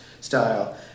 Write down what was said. style